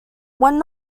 when